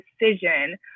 decision